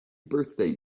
birthday